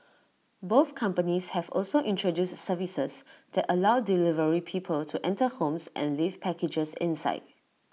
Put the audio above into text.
both companies have also introduced services that allow delivery people to enter homes and leave packages inside